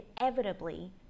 inevitably